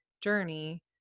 journey